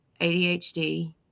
ADHD